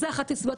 אז זו אחת הסיבות.